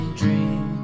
dream